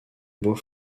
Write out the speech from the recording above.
beau